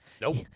Nope